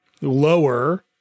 lower